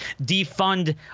defund